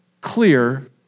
clear